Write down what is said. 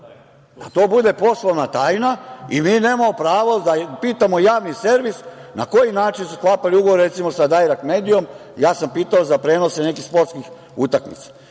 da to bude poslovna tajna i mi nemamo pravo da pitamo javni servis na koji način su sklapali ugovor, recimo, sa "Dajrekt medijom".Dakle, ja sam pitao za prenose nekih sportskih utakmica.